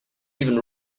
even